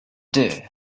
deer